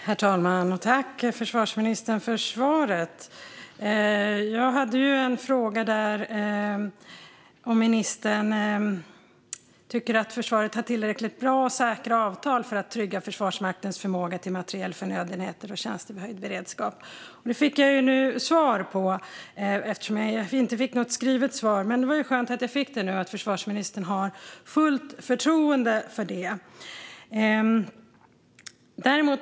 Herr talman! Tack, försvarsministern, för svaret! Jag frågade om ministern tycker att försvaret har tillräckligt bra och säkra avtal för att trygga Försvarsmaktens förmåga till materiel, förnödenheter och tjänster vid höjd beredskap, och det fick jag nu svar på. Jag fick inget skrivet svar, men det var skönt att jag nu fick svaret att försvarsministern har fullt förtroende för detta.